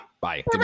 Bye